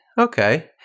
Okay